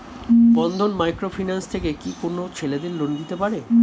বন্ধন micro finance থেকে কি কোন ছেলেদের লোন দিতে পারে?